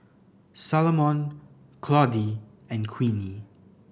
Salomon Claudie and Queenie